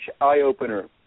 eye-opener